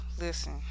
Listen